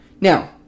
Now